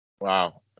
Wow